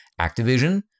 Activision